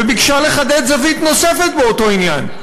וביקשה לחדד זווית נוספת באותו עניין.